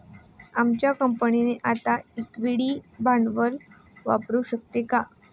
आमची कंपनी आता इक्विटी भांडवल वापरू शकते का?